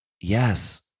Yes